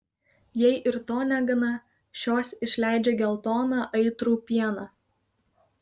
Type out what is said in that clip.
jei ir to negana šios išleidžia geltoną aitrų pieną